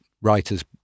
writers